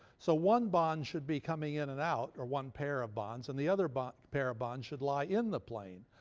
so one bond should be coming in and out, or one pair of bonds, and the other pair of bonds should lie in the plane.